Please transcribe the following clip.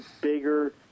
bigger